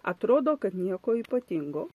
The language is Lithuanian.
atrodo kad nieko ypatingo